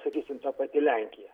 sakysim ta pati lenkija